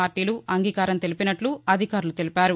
పార్టీలు అంగీకారం తెలిపినట్ల అధికారులు తెలిపారు